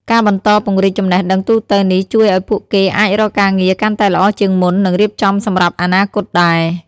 ការបន្តពង្រីកចំណេះដឹងទូទៅនេះជួយឲ្យពួកគេអាចរកការងារកាន់តែល្អជាងមុន និងរៀបចំសម្រាប់អនាគតដែរ។